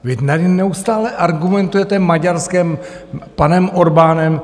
Vy tady neustále argumentujete Maďarskem a panem Orbánem.